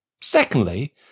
Secondly